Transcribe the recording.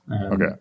okay